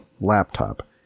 laptop